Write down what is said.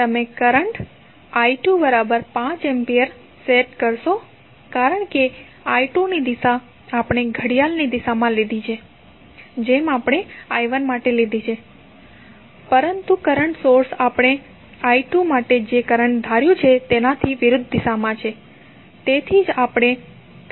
તમે current i2 5 ampere set કરશો કારણ કે i2 ની દિશા આપણે ઘડિયાળની દિશામાં લીધી છે જેમ આપણે i1 માટે લીધી છે પરંતુ કરંટ સોર્સ આપણે i2 માટે જે કરંટ ધાર્યુ છે તેનાથી વિરુદ્ધ છે તેથી જ આપણે શું કહીશું